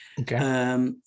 Okay